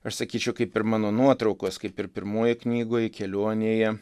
aš sakyčiau kaip ir mano nuotraukos kaip ir pirmojoj knygoj kelionėje